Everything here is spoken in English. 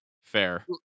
Fair